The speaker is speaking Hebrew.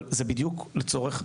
אבל זה בדיוק לצורך,